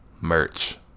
merch